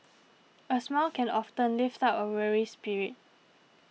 a smile can often lift up a weary spirit